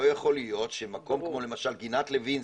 לא יכול להיות שמקום למשל כמו גינת לוינסקי,